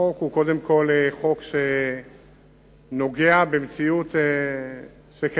החוק הוא קודם כול חוק שנוגע במציאות קיימת.